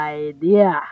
idea